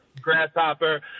Grasshopper